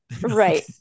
Right